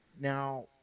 Now